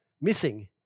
missing